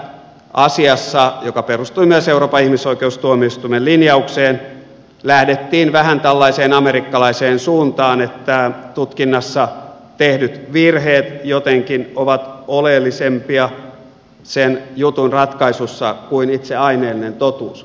eli tässä asiassa joka perustui myös euroopan ihmisoikeustuomioistuimen linjaukseen lähdettiin vähän tällaiseen amerikkalaiseen suuntaan että tutkinnassa tehdyt virheet jotenkin ovat oleellisempia sen jutun ratkaisussa kuin itse aineellinen totuus